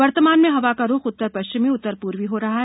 वर्तमान में हवा का रुख उत्तर पश्चिमी और उत्तर पूर्वी हो रहा है